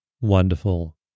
wonderful